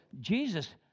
Jesus